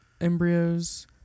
embryos